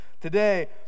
Today